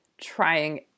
trying